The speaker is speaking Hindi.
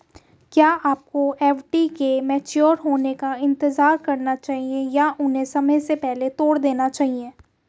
क्या आपको एफ.डी के मैच्योर होने का इंतज़ार करना चाहिए या उन्हें समय से पहले तोड़ देना चाहिए?